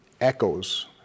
echoes